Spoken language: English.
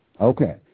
Okay